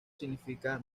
significa